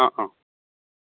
অঁ অঁ